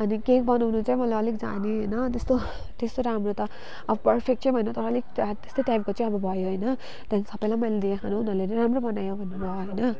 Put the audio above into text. अनि केक बनाउनु चाहिँ मैले अलिक जानेँ होइन त्यस्तो राम्रो त अब पर्फेक्ट चाहिँ पनि होइन तर अलिक त्यस्तै टाइपको चाहिँ अब भयो होइन त्यहाँदेखि सबैलाई मैले दिएँ खानु उनीहरूले नि राम्रो बनायो भन्नु भयो होइन